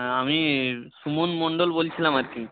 আমি সুমন মণ্ডল বলছিলাম আর কি